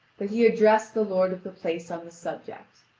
that he addressed the lord of the place on the subject.